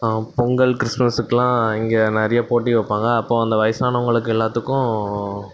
பொங்கல் கிறிஸ்மஸுக்குலாம் இங்கே நிறைய போட்டி வைப்பாங்க அப்போ அந்த வயசானவங்களுக்கு எல்லாத்துக்கும்